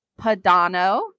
Padano